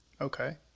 Okay